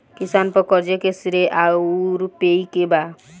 किसान पर क़र्ज़े के श्रेइ आउर पेई के बा?